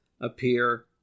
appear